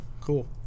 Cool